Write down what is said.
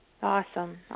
Awesome